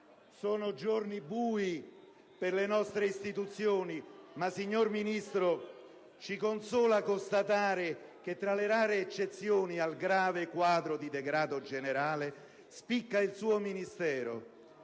sono giorni bui per le nostre istituzioni ma, signor Ministro, ci consola constatare che tra le rare eccezioni al grave quadro di degrado generale spicca il suo Ministero.